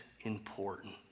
important